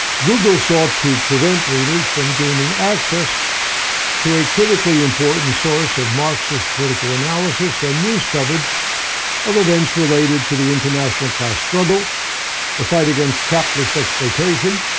google sought to prevent readers from gaining access to a critically important source of marxist political analysis and news coverage of events related to the international class struggle the fight against capitalist exploitation,